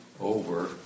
over